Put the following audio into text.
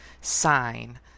sign